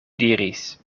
diris